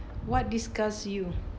what disgust you